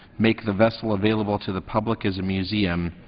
make the vessel available to the public as a museum,